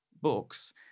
books